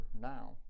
now